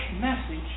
message